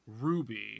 ruby